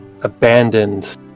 abandoned